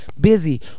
Busy